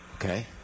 Okay